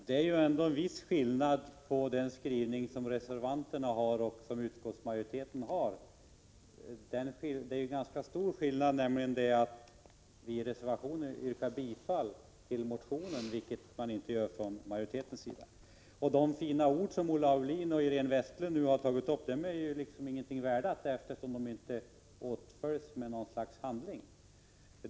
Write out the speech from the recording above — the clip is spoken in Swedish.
Herr talman! Det är ändå en viss skillnad mellan reservanternas och utskottets skrivning. I reservationen yrkar vi bifall till motionen, vilket utskottsmajoriteten inte gör. De fina ord som Olle Aulin och Iréne Vestlund nu använder är ingenting värda eftersom de inte åtföljs av någon handling.